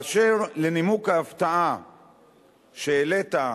באשר לנימוק ההפתעה שהעלית,